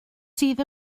sydd